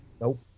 Nope